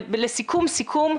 ולסיכום סיכום,